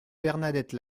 bernadette